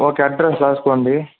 okay address రాసుకోండి